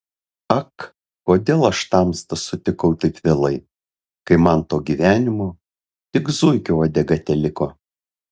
ak kodėl aš tamstą sutikau taip vėlai kai man to gyvenimo tik zuikio uodega teliko